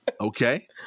Okay